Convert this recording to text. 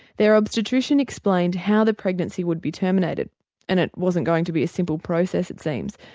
their obstetrician explained how the pregnancy would be terminated and it wasn't going to be a simple process it seems.